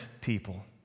people